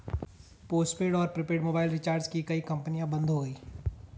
postpaid और prepaid mobile recharge की कई कंपनियां बंद हो गई